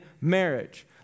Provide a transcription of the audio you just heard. marriage